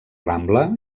rambla